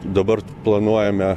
dabar planuojame